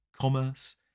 commerce